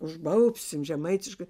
užbaubsim žemaitiškai